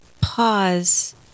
pause